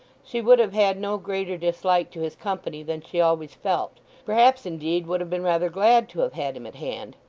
she would have had no greater dislike to his company than she always felt perhaps, indeed, would have been rather glad to have had him at hand.